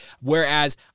whereas